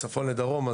מצפון לדרום.